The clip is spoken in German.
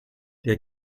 der